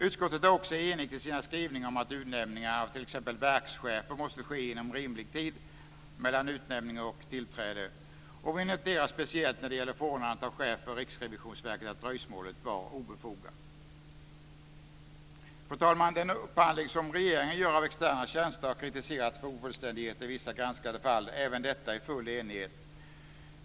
Utskottet är också enigt i sina skrivningar om att utnämningarna av t.ex. verkschefer måste ske inom rimlig tid mellan utnämning och tillträde. Vi noterar speciellt när det gäller förordnandet av chef för Riksrevisionsverket att dröjsmålet var obefogat. Fru talman! Den upphandling som regeringen gör av externa tjänster har kritiserats för ofullständigheter i vissa granskade fall - även detta i full enighet.